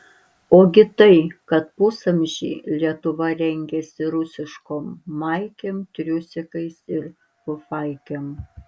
ogi tai kad pusamžį lietuva rengėsi rusiškom maikėm triusikais ir fufaikėm